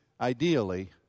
ideally